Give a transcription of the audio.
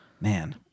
Man